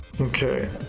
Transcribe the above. Okay